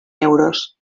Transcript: euros